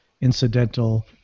incidental